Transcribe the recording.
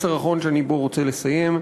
מסר אחרון, שבו אני רוצה לסיים,